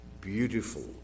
beautiful